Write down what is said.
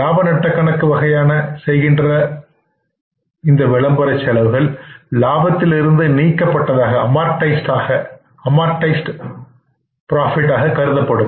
லாப நட்டக் கணக்கு வகையான செய்கின்ற உள்ளது விளம்பரச் செலவுகள் லாபத்தில் இருந்து நீக்கப்பட்டதாக கருதப்படும்